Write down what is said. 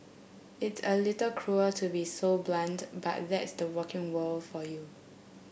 it's a little cruel to be so blunt but that's the working world for you